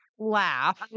laugh